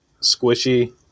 Squishy